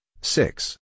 six